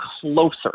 closer